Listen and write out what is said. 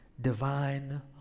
divine